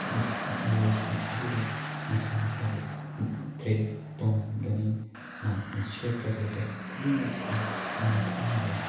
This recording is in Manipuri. ꯃꯤꯑꯣꯏꯁꯤꯡ ꯑꯗꯨꯗ ꯃꯁꯥ ꯃꯁꯥꯒꯤ ꯗ꯭ꯔꯦꯁ ꯇꯣꯉꯥꯟꯒꯅꯤ ꯃꯍꯥꯛꯅ ꯁꯦꯠꯀꯗꯧꯔꯤꯕ ꯈꯨꯗꯤꯡꯃꯛꯇꯨ ꯑꯃꯒ ꯑꯃꯒ